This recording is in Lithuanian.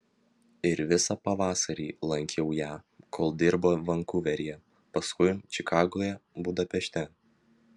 ir visą pavasarį lankiau ją kol dirbo vankuveryje paskui čikagoje budapešte